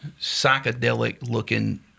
psychedelic-looking